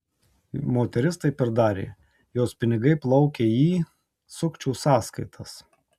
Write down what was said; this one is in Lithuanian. moteris taip ir darė jos pinigai plaukė į sukčių sąskaitas